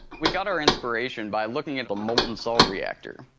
we got our inspiration by looking at the molten salt reactor.